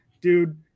dude